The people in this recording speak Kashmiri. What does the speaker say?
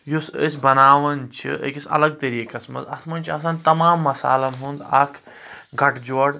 یس أسی بناوان چھِ اکس الگ طریقس منٛز اتھ منٛزچھ آسان تمام مصالن ہند اکھ گٹہٕ جوڑ